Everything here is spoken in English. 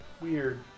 Weird